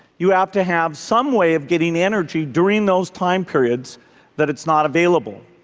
you have to have some way of getting energy during those time periods that it's not available.